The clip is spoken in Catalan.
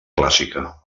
clàssica